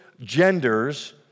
genders